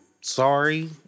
sorry